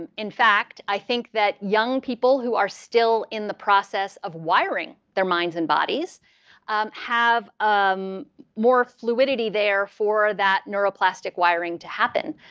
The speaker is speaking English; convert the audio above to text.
and in fact, i think that young people who are still in the process of wiring their minds and bodies um have um more fluidity there for that neural plastic wiring to happen.